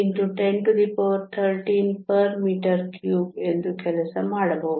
36 x 1013 m 3 ಎಂದು ಕೆಲಸ ಮಾಡಬಹುದು